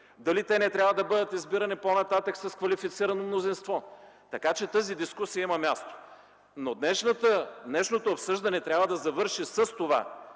Дали те не трябва да бъдат избирани по-нататък с квалифицирано мнозинство?! Така че тази дискусия има място. Днешното обсъждане трябва да завърши с това,